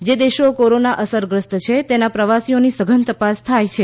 જે દેશો કોરોના અસરગ્રસ્તછે તેના પ્રવાસીઓની સઘન તપાસ થાય છે